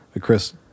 Chris